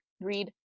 read